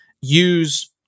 use